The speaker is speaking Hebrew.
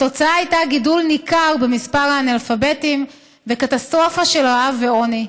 התוצאה הייתה גידול ניכר במספר האנאלפביתים וקטסטרופה של רעב ועוני.